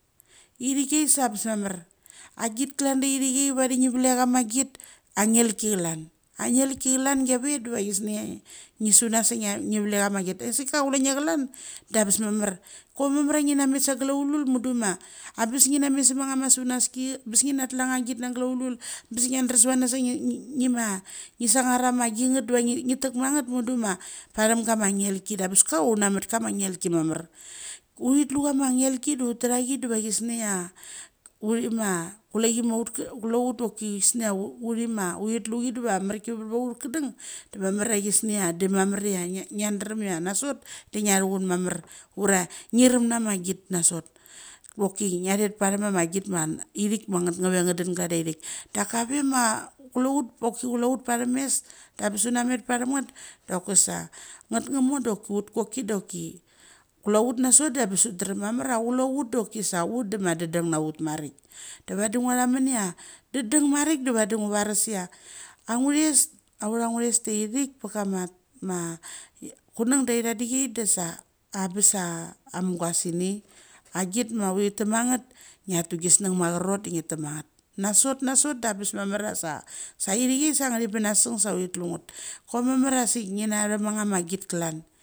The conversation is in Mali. Thi ai sa bes mamar. Git klan la ithiai vadi ngi vlek ama git anselki klan. Angel ki klan glave duva gisnia ngi sunasia ngia ngi vlek ama git a asika kule nge klan, da be mamar. Cho mamaria ia ngina met sa gul aul mudu a bes ngi na met samangama sunaski, bes ngi na tlu anga git gul aul bes ngia trum savanas ngi ngima ngi sangar amagieth deva ngi tek ma nget mudu ma pathem guma ngel ki da be kaunamut kama ngelki mamar. Uthi tlu ama angelki do utra ki dova gisnia uthi ma kule chi maut klout doki gisnia uthi ma uthi tlu deva marki va ut kadung da mamar ia gisnia da mamar ia ngia ngiadrumia na sot de ngethuchun mamar. Ura ngi threm na mo git na sot. Voki ngia thet parthem ama git ma ithik ma nget nga ve nga dun glanda ithik. Daka ve ma kulent poki kuleuth pathemes da bes una met pathem ngth doki sa, ngth nga mor doki, doki klout nasot da bes utdrem mamar ia kule ut doki sa ut da ma da dam na ut marik, vadi ngathamun ia du dung marik da vadi ngu varus ia. Angures, auth ngures taithik pakam kunang da ithadik da sa abes a amu gasini. Agit ma uthi tama ngath, ngia tugisnug ma churot de ngi tam ma ngat. Nasot, na sot da bes mamar a sa, sa ithi ai sa ngathi bun asung sa uti tlunsath. Cho mamar ia ngina raknama gir klan.